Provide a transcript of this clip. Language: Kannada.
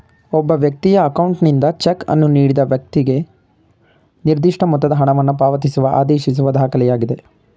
ಒಬ್ಬ ವ್ಯಕ್ತಿಯ ಅಕೌಂಟ್ನಿಂದ ಚೆಕ್ ಅನ್ನು ನೀಡಿದ ವೈಕ್ತಿಗೆ ನಿರ್ದಿಷ್ಟ ಮೊತ್ತದ ಹಣವನ್ನು ಪಾವತಿಸುವ ಆದೇಶಿಸುವ ದಾಖಲೆಯಾಗಿದೆ